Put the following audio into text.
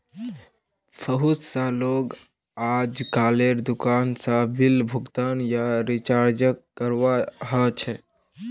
बहुत स लोग अजकालेर दुकान स बिल भुगतान या रीचार्जक करवा ह छेक